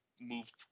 move